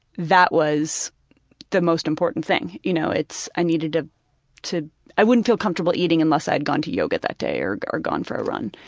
that was the most important thing, you know. it's i needed to to i wouldn't feel comfortable eating unless i'd gone to yoga that day or or gone for a run.